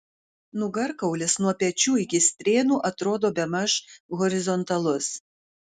nugarkaulis nuo pečių iki strėnų atrodo bemaž horizontalus